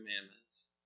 commandments